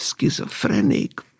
schizophrenic